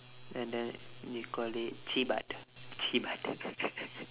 and then we call it cheebat cheebat